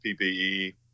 PPE